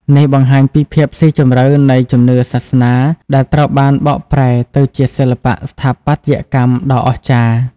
នេះបង្ហាញពីភាពស៊ីជម្រៅនៃជំនឿសាសនាដែលត្រូវបានបកប្រែទៅជាសិល្បៈស្ថាបត្យកម្មដ៏អស្ចារ្យ។